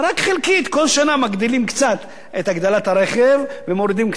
כל שנה מגדילים קצת את אגרת הרכב ומורידים קצת בטלוויזיה.